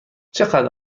چقدر